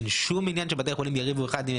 אין שום עניין שבתי החולים יריבו אחד עם